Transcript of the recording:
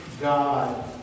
God